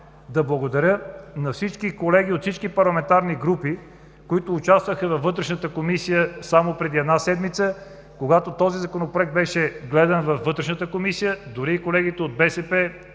да благодаря на всички колеги от всички парламентарни групи, които участваха във Вътрешната комисия само преди една седмица, когато този Законопроект беше гледан и дори колегите от БСП,